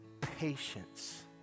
patience